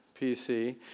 PC